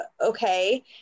okay